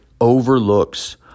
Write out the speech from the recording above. overlooks